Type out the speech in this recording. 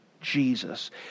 Jesus